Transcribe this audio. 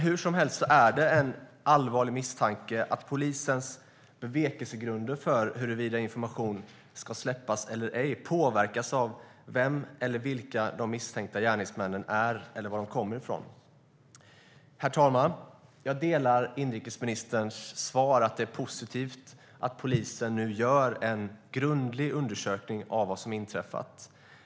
Hur som helst är det en allvarlig misstanke att polisens bevekelsegrunder för huruvida information ska släppas eller ej påverkas av vem eller vilka de misstänkta gärningsmännen är eller var de kommer från. Herr talman! Jag delar åsikten i inrikesministerns svar att det är positivt att polisen nu gör en grundlig undersökning av vad som inträffat.